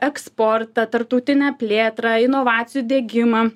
eksportą tarptautinę plėtrą inovacijų diegimą